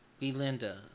Belinda